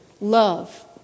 Love